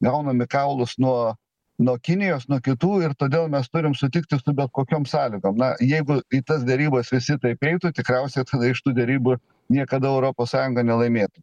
gaunam į kaulus nuo nuo kinijos nuo kitų ir todėl mes turim sutikti su bet kokiom sąlygom na jeigu į tas derybas visi taip eitų tikriausiai tada iš tų derybų niekada europos sąjunga nelaimėtų